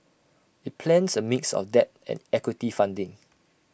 IT plans A mix of debt and equity funding